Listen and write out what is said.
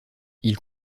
ils